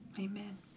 amen